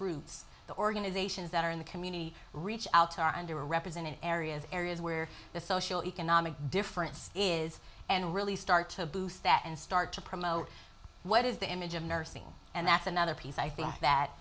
roots the organizations that are in the community reach out to our under represented areas areas where the social economic difference is and really start to boost that and start to promote what is the image of nursing and that's another piece i think that